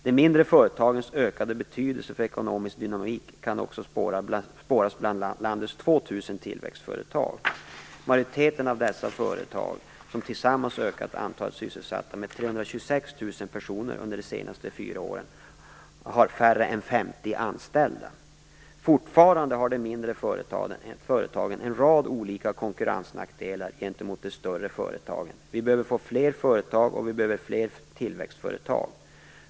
De mindre företagens ökade betydelse för ekonomins dynamik kan också spåras bland landets ca 2 000 tillväxtföretag. Majoriteten av dessa företag, som tillsammans ökat antalet sysselsatta med 326 000 Fortfarande har de mindre företagen en rad olika konkurrensnackdelar gentemot de större företagen. Vi behöver få fler företag, och vi behöver få fler tillväxtföretag.